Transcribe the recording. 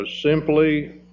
simply